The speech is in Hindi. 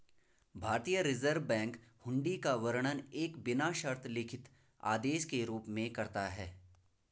भारतीय रिज़र्व बैंक हुंडी का वर्णन एक बिना शर्त लिखित आदेश के रूप में करता है